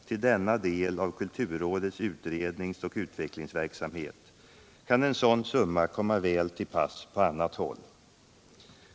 till denna del av kulturrådets utrednings och utvecklingsverksamhet kan en sådan summa komma väl till pass på annat håll.